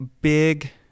big